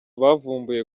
bavumbuye